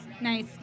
nice